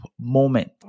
moment